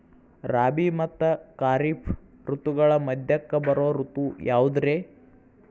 ರಾಬಿ ಮತ್ತ ಖಾರಿಫ್ ಋತುಗಳ ಮಧ್ಯಕ್ಕ ಬರೋ ಋತು ಯಾವುದ್ರೇ?